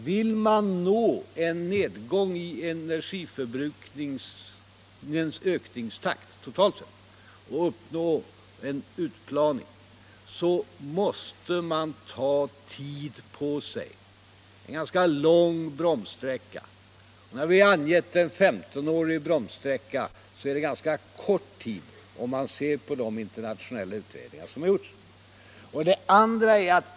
Vill man åstadkomma en nedgång av energiförbrukningens ökningstakt totalt sett och uppnå en utplaning måste man ta tid på sig och ha en ganska lång bromssträcka. När vi angett en 15-årig bromssträcka är det en ganska kort period med hänsyn till de internationella utredningar som gjorts. 2.